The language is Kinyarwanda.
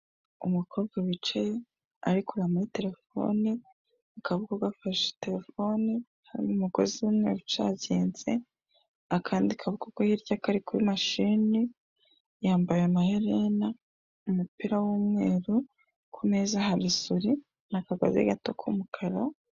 Umukobwa wicaye arikureba muri telefone. Akaboko gafashe telefone. Hari umugozi w'umweru ucaginze. Akandi kaboko ko hirya kari kuri mashini. Yambaye amahererena. Umupira w'umweru. Ku meza hari suri. Ni akagozi gato k'umukara.